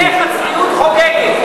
בשתיהן הצביעות חוגגת,